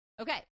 okay